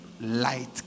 light